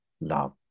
love